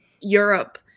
Europe